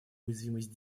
уязвимость